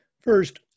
First